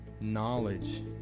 knowledge